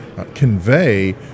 convey